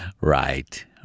right